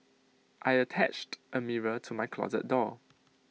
I attached A mirror to my closet door